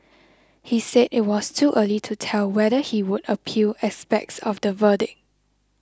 he said it was too early to tell whether he would appeal aspects of the verdict